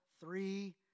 three